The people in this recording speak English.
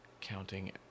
counting